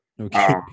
Okay